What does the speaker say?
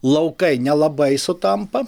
laukai nelabai sutampa